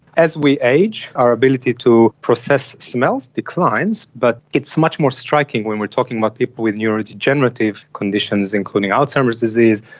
as we age, our ability to process smells declines, but it's much more striking when we are talking about people with neurodegenerative conditions including alzheimer's disease,